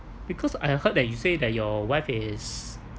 because I heard that you say that your wife is